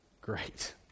great